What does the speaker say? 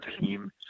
team